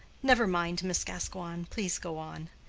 never mind, miss gascoigne please go on.